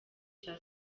cya